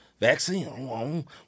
vaccine